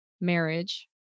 marriage